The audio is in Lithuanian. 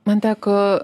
man teko